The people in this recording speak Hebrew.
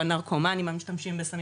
הנרקומנים המשתמשים בסמים,